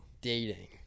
dating